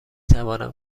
توانم